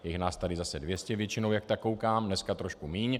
Je nás tady dvě stě většinou jak tak koukám, dneska trošku míň.